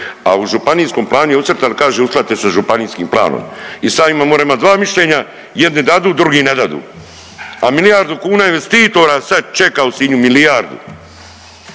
a u županijskom planu je ucrtan kaže uskladite sa županijskim planom. I sad imam moram imat dva mišljenja, jedni dadu, drugi ne dadu, a milijardu kuna investitora sve čeka u Sinju, milijardu.